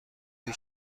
بود